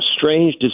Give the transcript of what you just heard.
strange